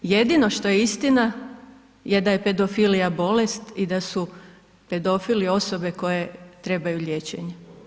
Jedino što je istina, da je pedofilija bolest i da su pedofili osobe koje trebaju liječenje.